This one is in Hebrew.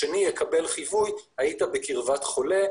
השני יקבל חיווי "היית בקרבת חולה,